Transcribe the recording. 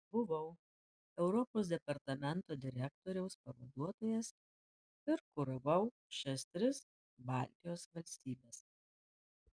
buvau europos departamento direktoriaus pavaduotojas ir kuravau šias tris baltijos valstybes